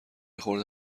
خورده